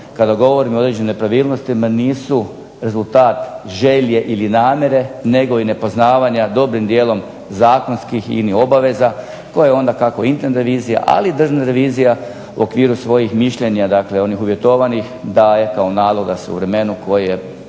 kada govorimo određenim nepravilnostima nisu rezultat želje ili namjere nego nepoznavanja zakonskih i inih obaveza koja onda kako interna revizija ali i državna revizija u okviru svojih mišljenja dakle onih uvjetovanih daje kao nalog da se u vremenu koje